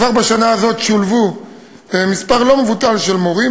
כבר בשנה הזאת שולב מספר לא מבוטל של מורים,